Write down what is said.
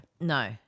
No